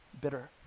Bitter